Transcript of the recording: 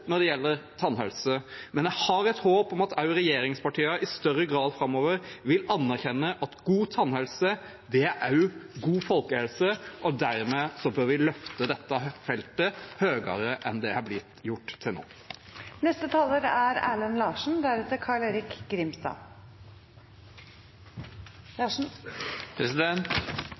når det gjelder tannhelse, men jeg har et håp om at også regjeringspartiene i større grad framover vil anerkjenne at god tannhelse også er god folkehelse. Dermed bør vi løfte dette feltet høyere enn det har blitt gjort til